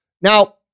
Now